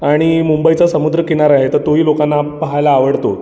आणि मुंबईचा समुद्र किनारा आहे तर तोही लोकांना पाहायला आवडतो